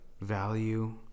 value